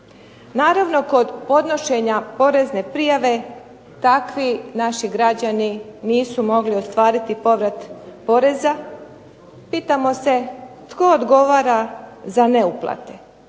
Naravno kod podnošenja porezne prijave takvi naši građani nisu mogli ostvariti povrat poreza, pitamo se tko odgovara za neuplate,